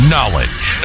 Knowledge